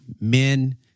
Men